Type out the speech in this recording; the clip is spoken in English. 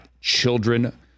children